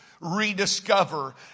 rediscover